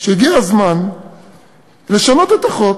שהגיע הזמן לשנות את החוק